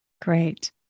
great